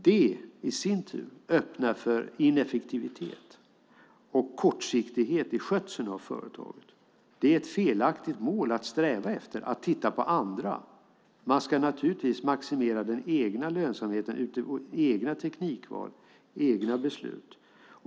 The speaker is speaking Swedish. Det i sin tur öppnar för ineffektivitet och kortsiktighet i skötseln av företaget. Det är ett felaktigt mål att sträva efter att titta på andra. Man ska naturligtvis maximera den egna lönsamheten utifrån egna teknikval och egna beslut.